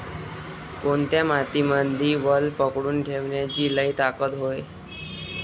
कोनत्या मातीमंदी वल पकडून ठेवण्याची लई ताकद हाये?